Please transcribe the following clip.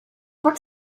pak